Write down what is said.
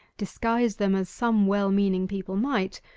disguise them as some well-meaning people might,